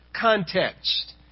context